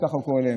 כך הוא קורא להם,